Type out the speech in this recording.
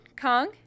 Kong